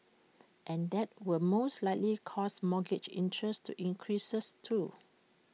and that will most likely cause mortgage interest to increase too